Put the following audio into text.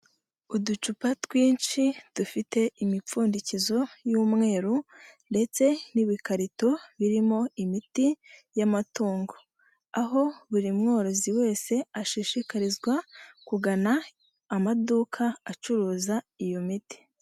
Uducupa twinshi dufite imipfundikizo y'umweru, ndetse n'ibikarito birimo imiti y'amatungo. Aho buri mworozi wese ashishikarizwa kugana amaduka acuruza iyo miti.